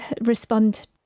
respond